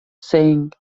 saying